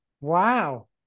Wow